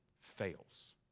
fails